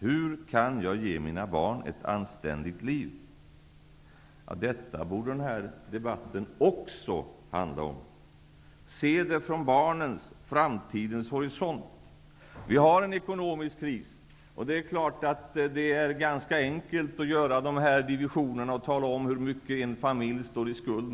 Hur kan jag ge mina barn ett anständigt liv?'' Detta borde denna debatt också handla om. Se det från barnens, framtidens horisont! Vi har en ekonomisk kris, och det är klart att det är ganska enkelt att göra dessa divisioner och tala om hur mycket en familj har i skuld.